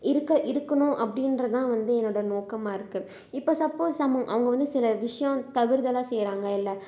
இருக்க இருக்கணும் அப்படின்றது தான் வந்து என்னோடய நோக்கமாக இருக்குது இப்போது சப்போஸ் நம்ம அவங்க வந்து சில விஷயம் தவிர்தலாக செய்கிறங்க இல்லை